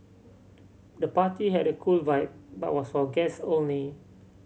the party had a cool vibe but was for guests only